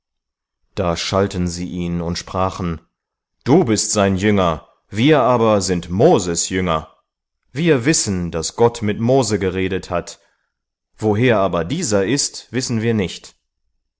da schalten sie ihn und sprachen du bist sein jünger wir aber sind mose's jünger wir wissen daß gott mit mose geredet hat woher aber dieser ist wissen wir nicht